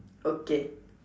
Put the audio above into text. okay